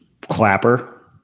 Clapper